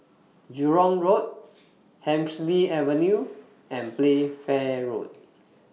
Jurong Road Hemsley Avenue and Playfair Road